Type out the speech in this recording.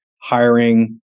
hiring